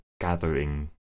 gathering